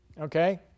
Okay